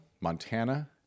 Montana